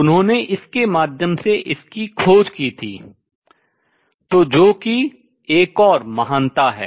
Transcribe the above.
उन्होंने इसके माध्यम से इसकी खोज की थी तो जो कि एक और महानता है